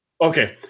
Okay